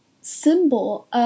symbol